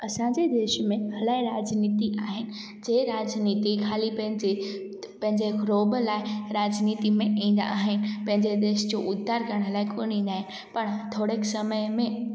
असांजे देश में इलाही राजनीति आहिनि जे राजनीति ख़ाली पंहिंजे पंहिंजे रोब लाइ राजनीति में ईंदा आहिनि पंहिंजे देश जो उद्धार करण लाइ कोन ईंदा आहिनि पाणि थोड़ेक समय में